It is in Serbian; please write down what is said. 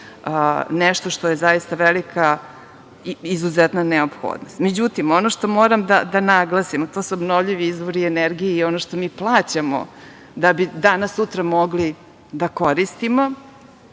nešto što je zaista velika i izuzetna neophodnost.Međutim, ono što moram da naglasim, tu su obnovljivi izvori energije i ono što mi plaćamo da bi danas sutra mogli da koristimo.